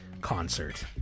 concert